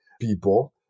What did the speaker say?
people